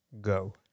Go